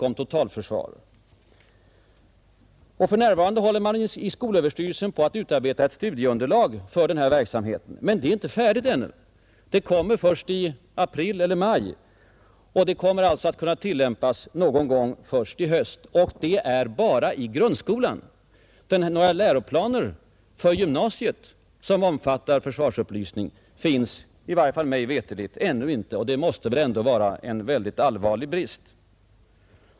I skolöverstyrelsen håller man för närvarande på att utarbeta ett studieunderlag härför, men det är inte färdigt ännu. Det kommer först i april eller maj. Följaktligen kan man inte tillämpa det förrän först någon gång i höst — och bara i grundskolan! Några läroplaner för gymnasiet som omfattar försvarsupplysning finns mig veterligt ännu inte. Det är en mycket allvarlig brist.